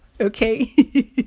Okay